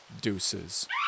Deuces